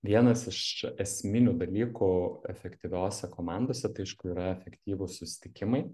vienas iš esminių dalykų efektyviose komandose tai aišku yra efektyvūs susitikimai